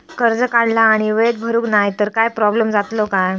कर्ज काढला आणि वेळेत भरुक नाय तर काय प्रोब्लेम जातलो काय?